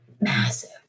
massive